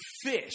fish